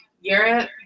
Europe